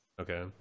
Okay